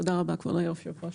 תודה רבה, כבוד היושב-ראש.